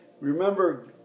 Remember